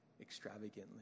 extravagantly